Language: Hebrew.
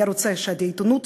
היה רוצה שהעיתונות,